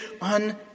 on